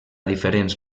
diferents